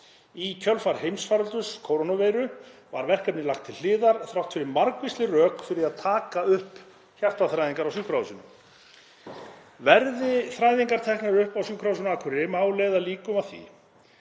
Í kjölfar heimsfaraldurs kórónuveiru var verkefnið lagt til hliðar þrátt fyrir margvísleg rök fyrir því að taka upp hjartaþræðingar á sjúkrahúsinu. Verði þræðingar teknar upp á sjúkrahúsinu á Akureyri má leiða líkur að því